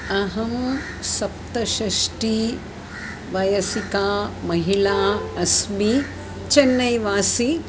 अहं सप्तषष्टिः वयस्का महिला अस्मि चेन्नैवासी वासी